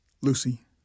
Lucy